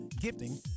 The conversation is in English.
gifting